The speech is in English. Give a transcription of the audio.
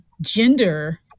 gender